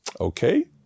Okay